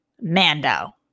Mando